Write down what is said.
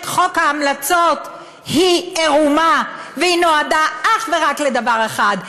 חוק ההמלצות היא עירומה והיא נועדה אך ורק לדבר אחד,